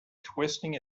twisting